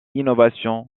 innovations